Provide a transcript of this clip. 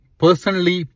personally